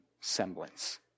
semblance